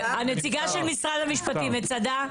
הנציגה של משרד המשפטים, מצדה.